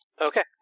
Okay